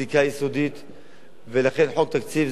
ולכן חוק תקציב זה עניין שונה לחלוטין,